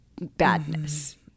Badness